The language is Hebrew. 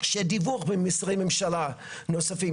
של דיווח בין משרדי ממשלה נוספים.